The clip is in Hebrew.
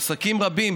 עסקים רבים,